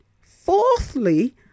Fourthly